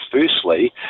firstly